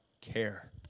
care